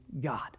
God